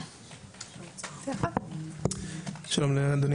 שלום לאדוני